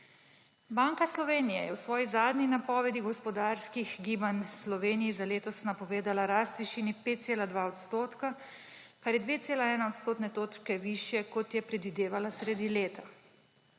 Banka Slovenije je v svoji zadnji napovedi gospodarskih gibanj Sloveniji za letos napovedala rast v višini 5,2 odstotka, kar je 2,1 odstotne točke višje, kot je predvidevala sredi leta.